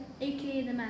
aka